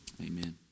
Amen